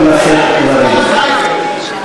אני מתכבד להזמין את ראש האופוזיציה,